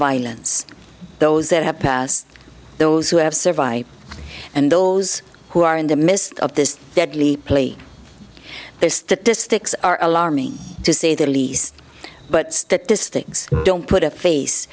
violence those that have passed those who have survived and those who are in the midst of this deadly play their statistics are alarming to say the least but that this things don't put a face